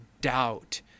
doubt